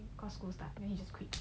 cause school start then he just quit